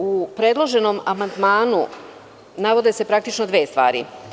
U predloženom amandmanu navode se praktično dve stvari.